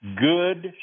good